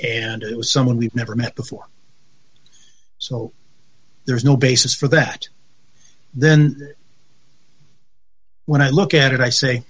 and it was someone we've never met before so there is no basis for that then when i look at it i say